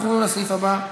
אנחנו עוברים לסעיף הבא: